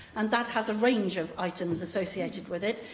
and that has a range of items associated with it,